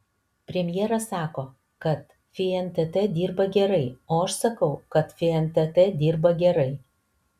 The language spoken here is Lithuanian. premjeras sako kad fntt dirba gerai ir aš sakau kad fntt dirba gerai